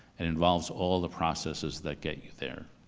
it involves all the processes that get you there.